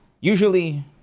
usually